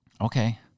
okay